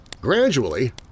Gradually